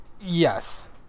Yes